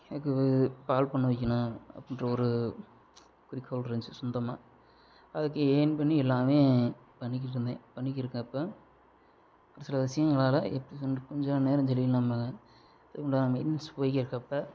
எனக்கு பால் பண்ண வைக்கணும் அப்படின்ற ஒரு குறிக்கோளிருந்துச்சு சொந்தமாக அதுக்கு எயிம் பண்ணி எல்லாமே பண்ணிக்கிட்டிருந்தேன் பண்ணிக்கிட்டிருக்கப்ப ஒரு சில விஷங்கள்லால் எப்படி சொல்வது கொஞ்சம் நேரம் சரியில்லாமல் அதுக்குண்டான மெயிண்டென்ஸ் போயிக்கிறக்கப்போ